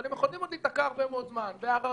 אבל הם יכולים עוד להיתקע הרבה מאוד זמן בערערים,